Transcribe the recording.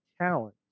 talent